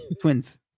Twins